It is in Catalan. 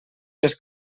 les